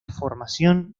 formación